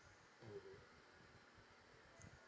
mmhmm